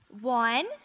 One